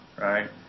right